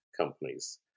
companies